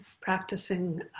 practicing